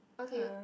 okay